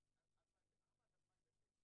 שנשים לא נבדקות